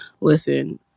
listen